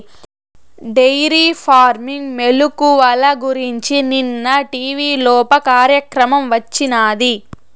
dairy farming మెలుకువల గురించి నిన్న టీవీలోప కార్యక్రమం వచ్చినాది